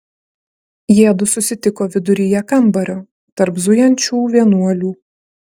jiedu susitiko viduryje kambario tarp zujančių vienuolių